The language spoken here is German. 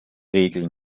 regel